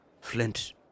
flint